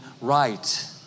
right